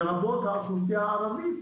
לרבות האוכלוסייה הערבית,